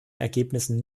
ergebnissen